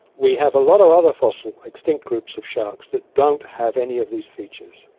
we have a lot of other fossils, extinct groups of sharks, that don't have any of these features.